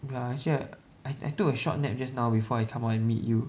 ya actually I I I took a short nap just now before I come out and meet you